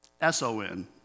S-O-N